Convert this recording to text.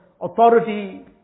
authority